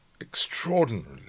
extraordinarily